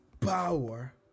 power